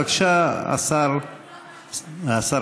בבקשה, השר כץ.